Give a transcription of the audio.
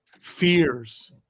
fears